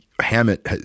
Hammett